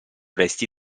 resti